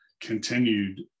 continued